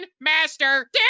Master